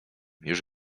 już